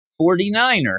49er